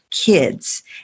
kids